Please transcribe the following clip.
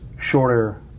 shorter